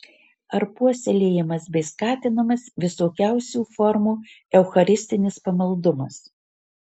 ar puoselėjamas bei skatinamas visokiausių formų eucharistinis pamaldumas